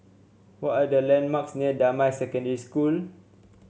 what are the landmarks near Damai Secondary School